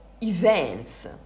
events